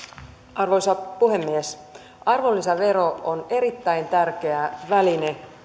arvoisa puhemies arvonlisävero on erittäin tärkeä väline